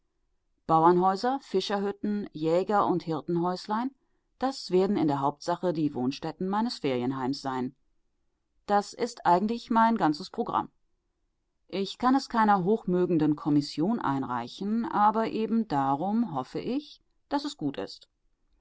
bauernhäuser fischerhütten jäger und hirtenhäuslein das werden in der hauptsache die wohnstätten meines ferienheims sein das ist eigentlich mein ganzes programm ich kann es keiner hochmögenden kommission einreichen aber eben darum hoffe ich daß es gut ist